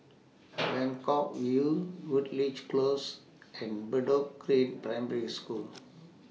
Buangkok View Woodleigh Close and Bedok Green Primary School